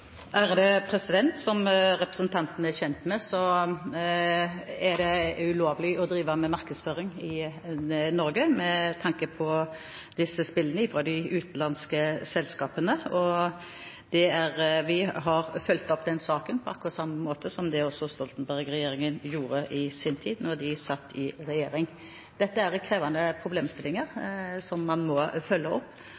Som representanten er kjent med, er det ulovlig for de utenlandske selskapene å drive markedsføring i Norge for disse spillene. Vi har fulgt opp den saken, på akkurat samme måte som Stoltenberg-regjeringen gjorde i sin tid, da de satt i regjering. Dette er krevende problemstillinger som man må følge opp,